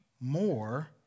more